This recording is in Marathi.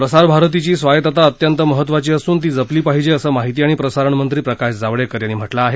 प्रसार भारतीची स्वायत्तता अत्यंत महत्त्वाची असून ती जपली पाहिजे असं माहिती आणि प्रसारणमंत्री प्रकाश जावडेकर यांनी म्हटलं आहे